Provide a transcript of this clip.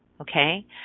okay